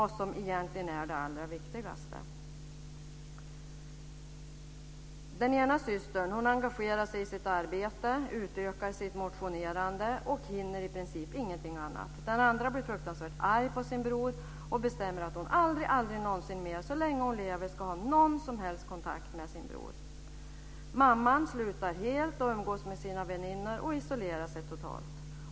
Den ena systern engagerar sig i sitt arbete. Hon utökar sitt motionerande och hinner i princip ingenting annat. Den andra blir fruktansvärt arg på sin bror och bestämmer att hon aldrig någonsin mer så länge hon lever ska ha någon som helst kontakt med sin bror. Mamman slutar helt att umgås med sina väninnor och isolerar sig totalt.